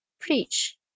preach